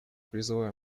призываю